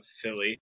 Philly